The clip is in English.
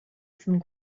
some